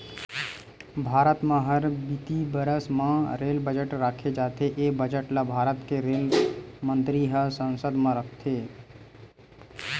भारत म हर बित्तीय बरस म रेल बजट राखे जाथे ए बजट ल भारत के रेल मंतरी ह संसद म रखथे